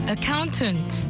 Accountant